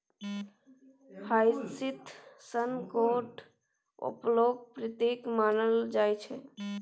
hyacinth सन गोड अपोलोक प्रतीक मानल जाइ छै